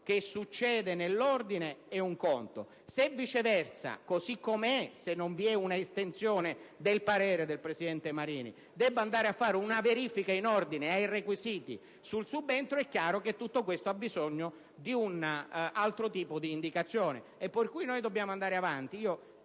che succede nell'ordine; viceversa, se - come è, se non vi è un'estensione del parere del presidente Marini - dovesse andare a fare una verifica in ordine ai requisiti sul subentro, è chiaro che tutto questo avrebbe bisogno di un altro tipo di indicazione. Noi dobbiamo quindi andare avanti.